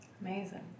amazing